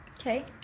Okay